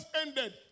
ended